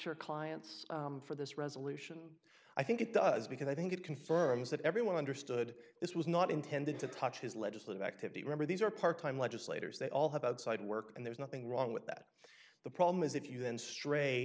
your clients for this resolution i think it does because i think it confirms that everyone understood this was not intended to touch his legislative activity remember these are part time legislators they all have outside work and there's nothing wrong with that the problem is if you then stra